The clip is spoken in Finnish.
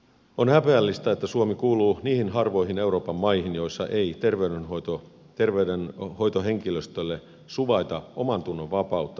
on häpeällistä että suomi kuuluu niihin harvoihin euroopan maihin joissa ei terveydenhoitohenkilöstölle suvaita omantunnonvapautta raskaudenkeskeytyksiin